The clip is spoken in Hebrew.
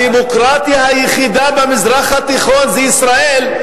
הדמוקרטיה היחידה במזרח התיכון זה ישראל.